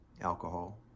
alcohol